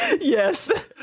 Yes